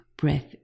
Breath